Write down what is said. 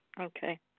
Okay